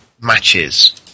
matches